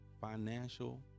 financial